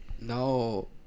No